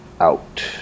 out